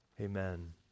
Amen